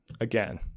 again